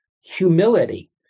humility